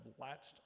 latched